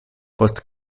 post